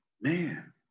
man